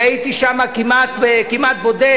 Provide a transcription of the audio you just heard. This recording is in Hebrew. הייתי שם כמעט בודד,